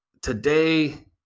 today –